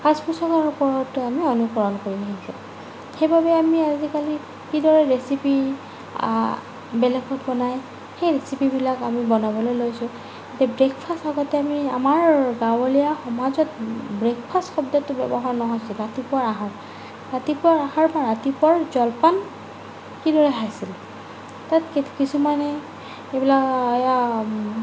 সাজ পোছাকৰ ওপৰতো আমি অনুকৰণ কৰি আহিছোঁ সেইবাবে আমি আজিকালি কিদৰে ৰেচিপি বেলেগকে বনায় সেই ৰেচিপিবিলাক আমি বনাবলৈ লৈছোঁ এতিয়া ব্ৰেকফাষ্ট আগতে আমি আমাৰ গাঁৱলীয়া সমাজত ব্ৰেকফাষ্ট শব্দটো ব্যৱহাৰ নহৈছিল ৰাতিপুৱাৰ আহাৰ ৰাতিপুৱাৰ আহাৰ বা ৰাতিপুৱাৰ জলপান কিদৰে খাইছিল তাত কিছুমানে